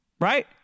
right